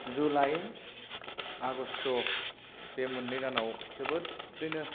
July August' बे मोननै दानाव जोबोदैनो